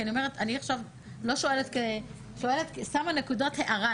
או שמה נקודת הארה,